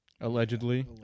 Allegedly